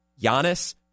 Giannis